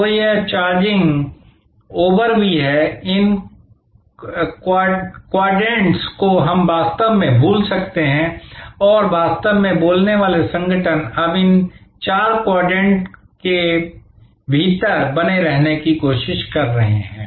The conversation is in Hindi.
तो यह चार्जिंग ओवर भी है इन क्वाड्रेंट्स को हम वास्तव में भूल सकते हैं और वास्तव में बोलने वाले संगठन अब इन चार क्वाडंटों के भीतर बने रहने की कोशिश कर रहे हैं